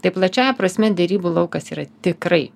tai plačiąja prasme derybų laukas yra tikrai